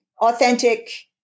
authentic